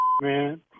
man